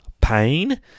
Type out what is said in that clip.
pain